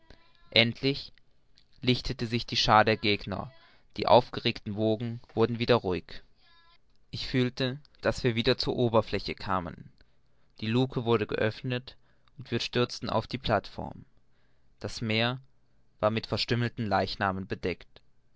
endlich lichtete sich die schar der gegner die aufgeregten wogen wurden wieder ruhig ich fühlte daß wir wieder zur oberfläche kamen die lucke wurde geöffnet und wir stürzten auf die plateform das meer war mit verstümmelten leichnamen bedeckt